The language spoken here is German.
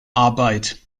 arbeit